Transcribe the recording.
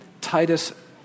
Titus